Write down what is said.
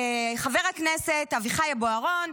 חבר הכנסת אביחי בוארון.